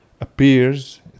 appears